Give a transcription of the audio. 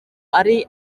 ari